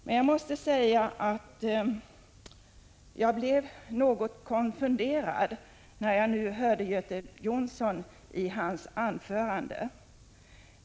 Men jag måste säga att jag blev något konfunderad när jag hörde Göte Jonssons anförande.